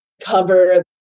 cover